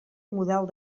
model